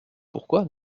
pourquoi